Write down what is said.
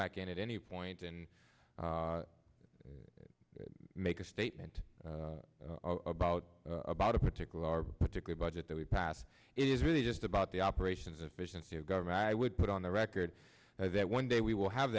back at any point and make a statement about about a particular particular budget that we pass is really just about the operations efficiency of government i would put on the record that one day we will have